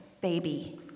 baby